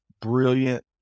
brilliant